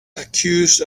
accused